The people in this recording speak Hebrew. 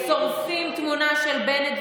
שורפים תמונה של בנט,